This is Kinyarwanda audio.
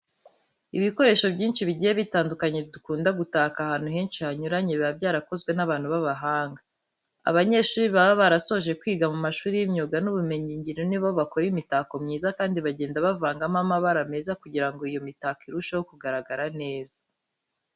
Ibikoresho byinshi bigiye bitandukanye dukunda gutaka ahantu henshi hanyuranye, biba byarakozwe n'abantu b'abahanga. Abanyeshuri baba barasoje kwiga mu mashuri y'imyuga n'ubumenyingiro ni bo bakora imitako myiza kandi bagenda bavagamo amabara meza kugira ngo iyo mitako irusheho kugaragara neza.